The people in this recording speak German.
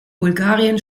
bulgarien